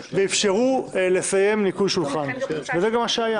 ואפשרו לסיים ניקוי שולחן וזה גם מה שהיה.